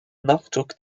nachdruck